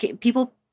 people